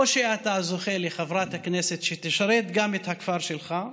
או שאתה זוכה לחברת כנסת שתשרת גם את הכפר שלך,